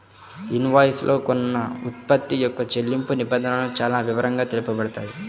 invoice లో కొన్న ఉత్పత్తి యొక్క చెల్లింపు నిబంధనలు చానా వివరంగా తెలుపబడతాయి